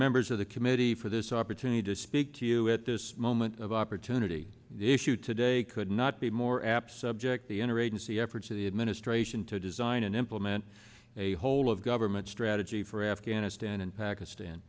members of the committee for this opportunity to speak to you at this moment of opportunity the issue today could not be more apt subject the inner agency efforts of the administration to design and implement a whole of government strategy for afghanistan and pakistan